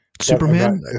Superman